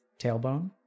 Tailbone